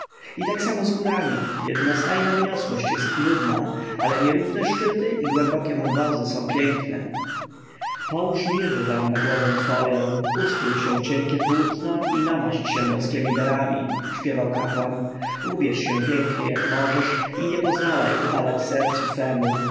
i tak samo z górami jednostajna wyniosłość jest nudna ale nierówne szczyty i głębokie wąwozy są piękne połóż mirrę na głowę twoją ustrój się w cienkie płótna i namaść się boskiemi darami śpiewał kapłan ubierz się pięknie jak możesz i nie pozwalaj upadać sercu twemu